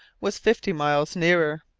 was fifty miles nearer.